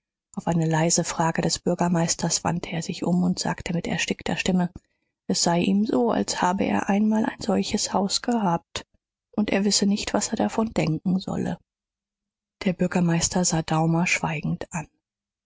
auf eine leise frage des bürgermeisters wandte er sich um und sagte mit erstickter stimme es sei ihm so als habe er einmal ein solches haus gehabt und er wisse nicht was er davon denken solle der bürgermeister sah daumer schweigend an